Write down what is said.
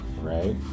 right